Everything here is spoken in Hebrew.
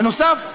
בנוסף,